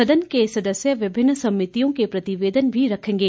सदन के सदस्य विभिन्न समितियों के प्रतिवेदन भी रखेंगे